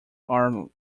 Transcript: are